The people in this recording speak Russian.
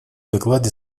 докладе